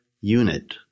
unit